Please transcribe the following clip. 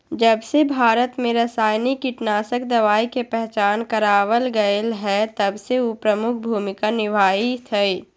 जबसे भारत में रसायनिक कीटनाशक दवाई के पहचान करावल गएल है तबसे उ प्रमुख भूमिका निभाई थई